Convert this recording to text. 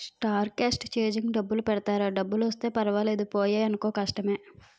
star cast changing డబ్బులు పెడతారా డబ్బులు వస్తే పర్వాలేదు పోయినాయనుకో కష్టమే